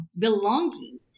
belonging